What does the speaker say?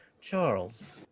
Charles